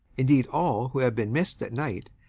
indeed all who have been missed at night,